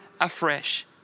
afresh